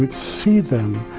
but see them,